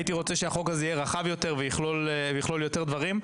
הייתי רוצה שהחוק הזה יהיה רחב יותר ויכלול יותר דברים.